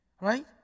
Right